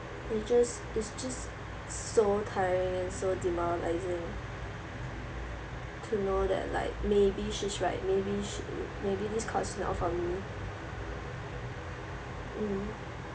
it's just it's just so tiring and so demoralising to know that like maybe she's right maybe this course is not for me mm